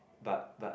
but but